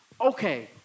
okay